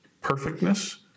perfectness